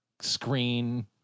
screen